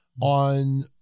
on